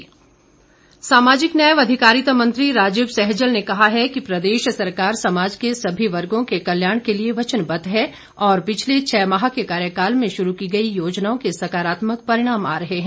सहजल सामाजिक न्याय व अधिकारिता मंत्री राजीव सहजल ने कहा है कि प्रदेश सरकार समाज के सभी वर्गों के कल्याण के लिए वचनबद्ध है और पिछले छः माह के कार्यकाल में शुरू की गई योजनाओं के सकारात्मक परिणाम आ रहे हैं